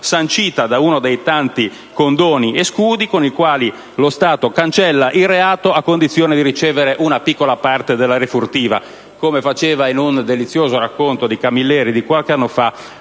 sancita da uno dei tanti condoni e scudi con i quali lo Stato cancella il reato, a condizione di ricevere una piccola parte della refurtiva, come faceva, in un delizioso racconto di Camilleri di qualche anno fa,